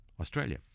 Australia